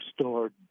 stored